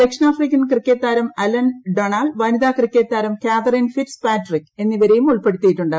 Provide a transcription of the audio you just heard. ദക്ഷിണാഫ്രിക്കൻ ക്രിക്കറ്റ് താരം Alan Donald വനിതാ ക്രിക്കറ്റ് താരം കാതറിൻ ഫിറ്റ്സ്പാട്രിക് എന്നിവരേയും ഉൾപ്പെടുത്തിയിട്ടുണ്ട്